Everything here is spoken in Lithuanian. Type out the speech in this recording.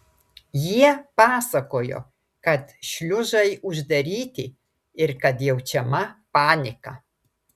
jie pasakojo kad šliuzai uždaryti ir kad jaučiama panika